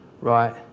right